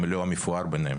אם לא המפואר ביניהם,